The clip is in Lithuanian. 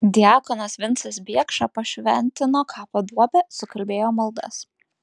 diakonas vincas biekša pašventino kapo duobę sukalbėjo maldas